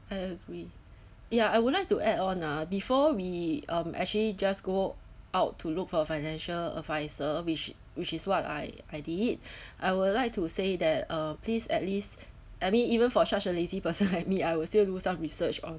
I agree ya I would like to add on ah before we um actually just go out to look for a financial advisor which which is what I I did I would like to say that uh please at least I mean even for such a lazy person like me I will still do some research on